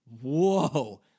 whoa